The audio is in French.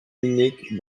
unique